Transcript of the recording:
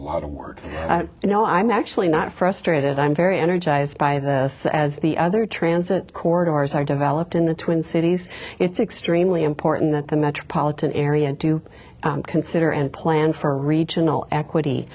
lot of work you know i'm actually not frustrated i'm very energized by this as the other transit corners are developed in the twin cities it's extremely important that the metropolitan area to consider and plan for regional equity